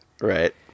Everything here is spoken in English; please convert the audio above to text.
right